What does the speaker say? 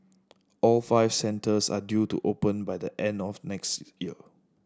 all five centres are due to open by the end of next year